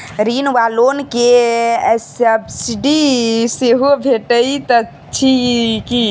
ऋण वा लोन केँ सब्सिडी सेहो भेटइत अछि की?